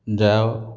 ଯାଅ